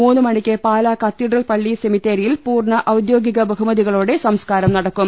മൂന്ന് മണിക്ക് പാലാ കത്തീഡ്രൽ പളളി സെമിത്തേരിയിൽ പൂർണ്ണ ഔദ്യോഗികബഹുമതികളോടെ സംസ്കാരം നടക്കും